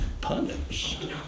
punished